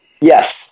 Yes